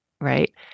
right